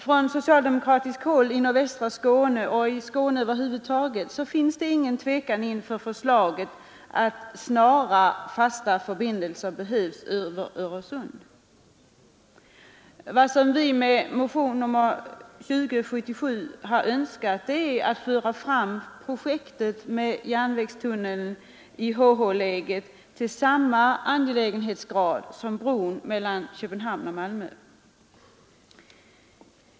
Från socialdemokratiskt håll i nordvästra Skåne och i Skåne över huvud taget finns det ingen tvekan inför förslaget — snara fasta förbindelser behövs över Öresund. Vad vi med motion nr 2077 har önskat är att föra fram projektet med järnvägstunneln i HH-läget till samma angelägenhetsgrad som bron mellan Köpenhamn och Malmö.